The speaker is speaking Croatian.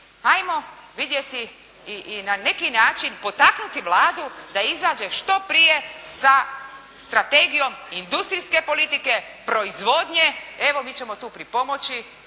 Ajmo vidjeti i na neki način potaknuti Vladu da izađe što prije sa strategijom industrijske politike, proizvodnje. Evo mi ćemo tu pripomoći,